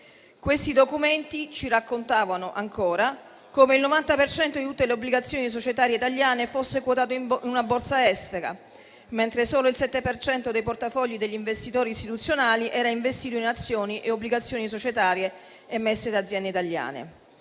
Questi documenti raccontavano come ancora il 90 per cento di tutte le obbligazioni societarie italiane fosse quotato in una Borsa estera, mentre solo il 7 per cento dei portafogli degli investitori istituzionali fosse investito in azioni e obbligazioni societarie emesse da aziende italiane.